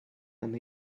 and